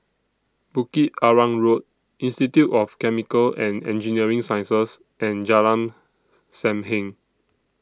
Bukit Arang Road Institute of Chemical and Engineering Sciences and Jalan SAM Heng